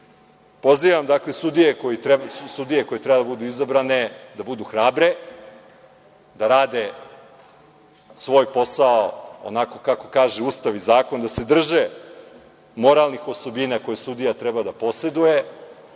pozivam sudije koje treba da budu izabrane da budu hrabre, da rade svoj posao onako kako kaže Ustav i zakon, da se drže moralnih osobina koje sudija treba da poseduje